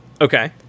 Okay